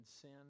sin